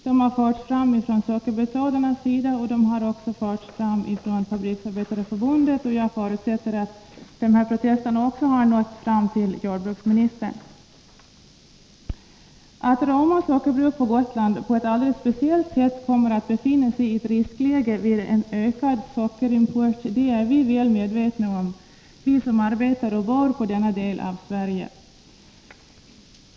De har förts fram av såväl sockerbetsodlarna som Fabriksarbetareförbundet, och jag förutsätter att dessa protester även har nått fram till jordbruksministern. Att Roma sockerbruk på Gotland på ett alldeles speciellt sätt kommer att befinna sig i ett riskläge vid en ökad sockerimport är vi väl medvetna om, vi som arbetar och bor i denna del av Sverige.